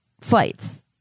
flights